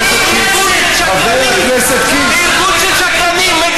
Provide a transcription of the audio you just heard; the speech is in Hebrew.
זה ארגון של שקרנים.